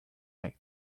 like